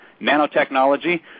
nanotechnology